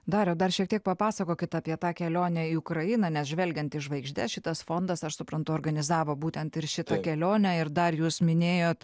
dariau dar šiek tiek papasakokit apie tą kelionę į ukrainą nes žvelgiant į žvaigždes šitas fondas aš suprantu organizavo būtent ir šitą kelionę ir dar jūs minėjot